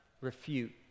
refute